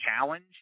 challenge